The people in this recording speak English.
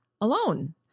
alone